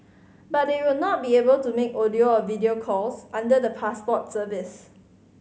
but they will not be able to make audio or video calls under the Passport service